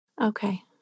Okay